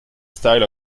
style